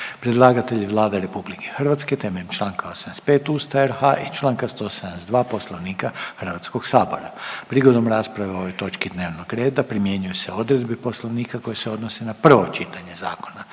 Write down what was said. Predlagatelj je Vlada RH na temelju čl. 85. Ustava i čl. 172. u vezi s čl. 190. Poslovnika Hrvatskog sabora. Prigodom rasprave o ovoj točki dnevnog reda primjenjuju se odredbe Poslovnika koje se odnose na drugo čitanje zakona.